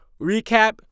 recap